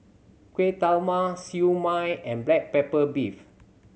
kueh Siew Mai and black pepper beef